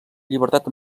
llibertat